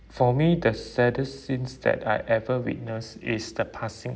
for me the saddest scenes that I ever witness is the passing